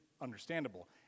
understandable